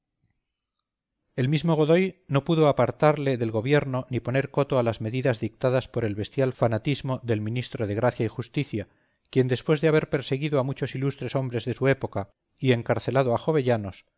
el mismo godoy no pudo apartarle del gobierno ni poner coto a las medidas dictadas por el bestial fanatismo del ministro de gracia y justicia quien después de haber perseguido a muchos ilustres hombres de su época y encarcelado a